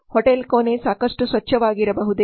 hotel ಕೋಣೆ ಸಾಕಷ್ಟು ಸ್ಚಚ್ಚವಾಗಿರವಾಗಬಹುದೇ